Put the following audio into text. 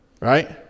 Right